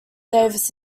davis